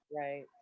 Right